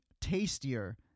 tastier